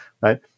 right